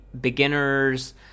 beginners